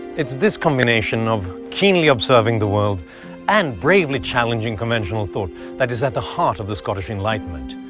it's this combination of keenly observing the world and bravely challenging conventional thought that is at the heart of the scottish enlightenment,